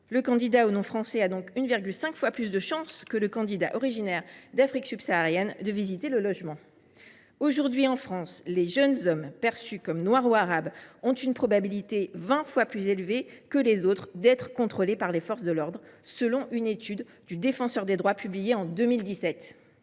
Le candidat au nom français avait donc 1,5 fois plus de chances que le candidat originaire d’Afrique subsaharienne de visiter ce logement. Aujourd’hui, en France, les jeunes hommes perçus comme noirs ou arabes ont une probabilité vingt fois plus élevée que les autres d’être contrôlés par les forces de l’ordre, selon une étude du Défenseur des droits publiée en 2017.